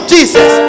Jesus